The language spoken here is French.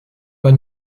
pas